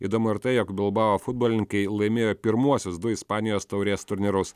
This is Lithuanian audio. įdomu ar tai jog bilbao futbolininkai laimėjo pirmuosius du ispanijos taurės turnyrus